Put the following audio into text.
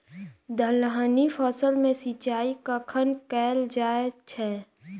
दलहनी फसल मे सिंचाई कखन कैल जाय छै?